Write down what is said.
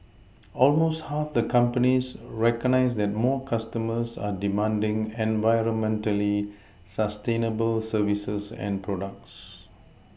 almost half the companies recognise that more customers are demanding environmentally sustainable services and products